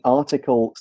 article